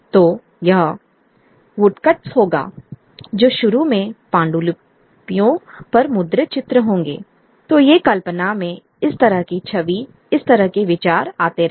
तो यह वुडकट्स होगा जो शुरू में पांडुलिपियों पर मुद्रित चित्र होंगे I तो ये कल्पना में इस तरह की छवि इस तरह के विचार आते रहे